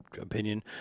opinion